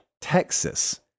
Texas